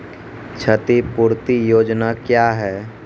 क्षतिपूरती योजना क्या हैं?